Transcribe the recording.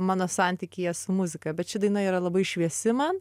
mano santykyje su muzika bet ši daina yra labai šviesi man